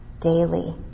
daily